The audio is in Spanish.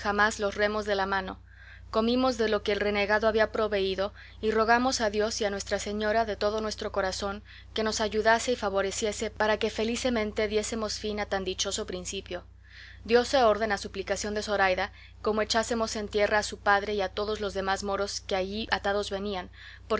jamás los remos de la mano comimos de lo que el renegado había proveído y rogamos a dios y a nuestra señora de todo nuestro corazón que nos ayudase y favoreciese para que felicemente diésemos fin a tan dichoso principio diose orden a suplicación de zoraida como echásemos en tierra a su padre y a todos los demás moros que allí atados venían